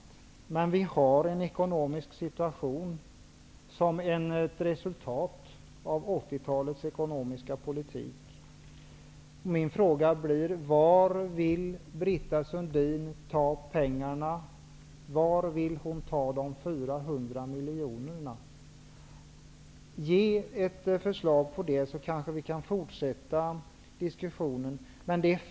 Vi har emellertid en ekonomisk situation som är ett resultat av 1980-talets ekonomiska politik. Min fråga är: Varifrån vill Britta Sundin ta pengarna? Varifrån vill hon ta de 400 miljonerna? Lägg fram ett förslag därom, så kan vi därefter fortsätta diskussionen.